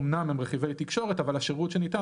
אומנם הם רכיבי תקשורת אבל השירות שניתן